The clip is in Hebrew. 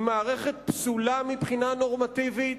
היא מערכת פסולה מבחינה נורמטיבית,